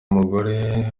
umugore